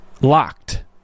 locked